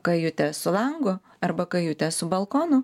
kajutę su langu arba kajutę su balkonu